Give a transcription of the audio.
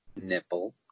nipple